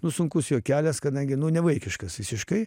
nu sunkus jo kelias kadangi nu ne vaikiškas visiškai